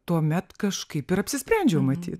tuomet kažkaip ir apsisprendžiau matyt